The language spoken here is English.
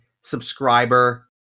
subscriber